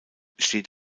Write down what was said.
steht